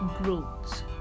growth